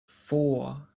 four